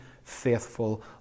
faithful